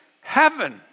heaven